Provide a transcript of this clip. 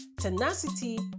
tenacity